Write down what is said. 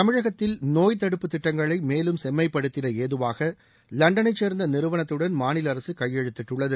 தமிழகத்தில் நோய் தடுப்பு திட்டங்களை மேலும் செம்மைப்படுத்திட ஏதுவாக லண்டனை சேர்ந்த நிறுவனத்துடன் மாநில அரசு கையெழுத்திட்டுள்ளது